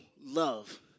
love